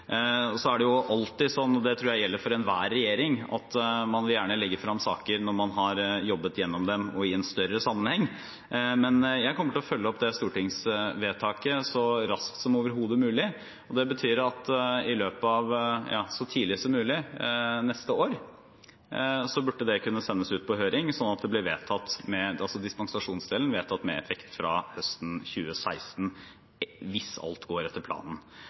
få så fryktelig store følger i sektoren. Så er det alltid slik – og det tror jeg gjelder enhver regjering – at man gjerne vil legge frem saker når man har jobbet igjennom dem og i en større sammenheng. Men jeg kommer til å følge opp stortingsvedtaket så raskt som overhodet mulig. Det betyr at så tidlig som mulig neste år burde det kunne sendes ut på høring, slik at dispensasjonsdelen blir vedtatt – med effekt fra høsten 2016, hvis alt går etter planen.